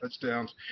touchdowns